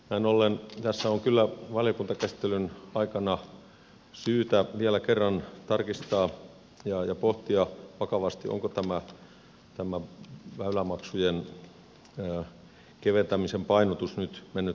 näin ollen tässä on kyllä valiokuntakäsittelyn aikana syytä vielä kerran tarkistaa ja pohtia vakavasti onko tämä väylämaksujen keventämisen painotus nyt mennyt aivan oikein